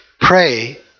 Pray